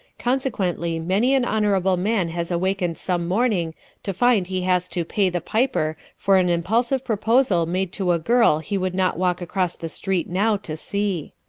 consequently many an honorable man has awakened some morning to find he has to pay the piper for an impulsive proposal made to a girl he would not walk across the street now to see.